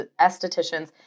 estheticians